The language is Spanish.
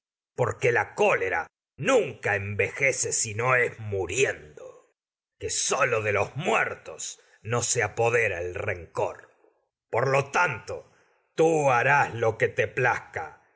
la cólera nunca los muertos no envejece si se muriendo que sólo de apodera el rencor por lo tanto tú harás lo que te plazca